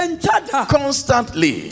constantly